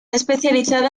especializada